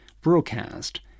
broadcast